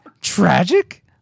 Tragic